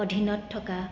অধীনত থকা